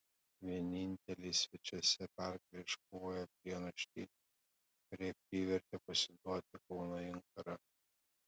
vieninteliai svečiuose pergalę iškovojo prienų stihl kurie privertė pasiduoti kauno inkarą